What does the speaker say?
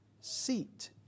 seat